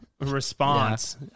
response